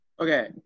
Okay